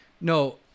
No